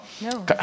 No